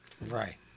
Right